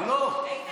לא.